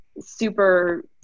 super